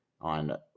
on